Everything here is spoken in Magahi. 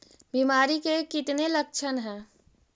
बीमारी के कितने लक्षण हैं?